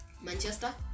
Manchester